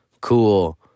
Cool